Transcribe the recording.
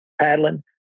paddling